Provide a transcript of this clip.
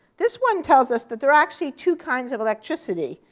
this one tells us that there are actually two kinds of electricity.